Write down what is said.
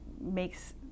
makes